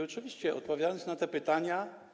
Oczywiście, odpowiadając na pytania.